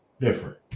different